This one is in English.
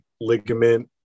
ligament